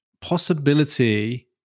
possibility